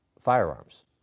firearms